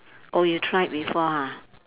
oh you tried before ha